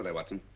but watson.